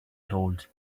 told